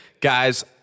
Guys